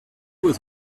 was